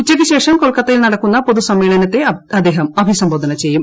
ഉച്ചയ്ക്കുശേഷം കൊൽക്കത്തിയിൽ നടക്കുന്ന പൊതു സമ്മേളനത്തെയും അദ്ദേഹം അഭിസംബോധന ചെയ്യും